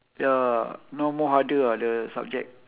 ya now more harder ah the subject